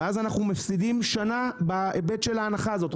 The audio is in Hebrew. ואז אנחנו מפסידים שנה בהיבט של ההנחה הזאת.